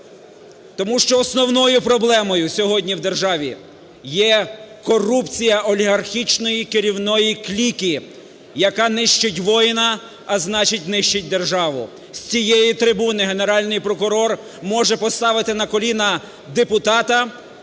тому що основною проблемою сьогодні в державі є корупція олігархічної керівної кліки, яка нищить воїна, а значить, нищить державу. З цієї трибуни Генеральний прокурор може поставити на коліна депутата,